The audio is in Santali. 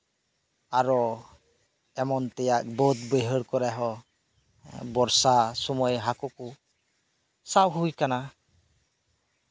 ᱟᱨᱚ ᱮᱢᱚᱱ ᱛᱮᱭᱟᱜ ᱵᱟᱹᱫ ᱵᱟᱹᱭᱦᱟᱹᱲ ᱠᱚᱨᱮ ᱦᱚᱸ ᱵᱚᱨᱥᱟ ᱥᱚᱢᱚᱭ ᱦᱟᱹᱠᱩ ᱠᱚ ᱥᱟᱵ ᱦᱩᱭ ᱟᱠᱟᱱᱟ